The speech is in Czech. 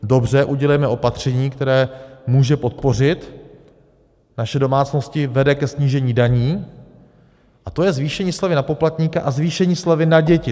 Dobře, udělejme opatření, které může podpořit naše domácnosti, vede ke snížení daní, a to je zvýšení slevy na poplatníka a zvýšení slevy na děti.